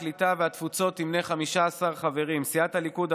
הקליטה והתפוצות תמנה 15 חברים: סיעת הליכוד,